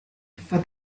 for